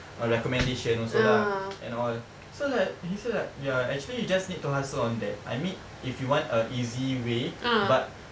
recommendations also lah and all so like he said like ya actually you just need to hustle on that I mean if you want a easy way but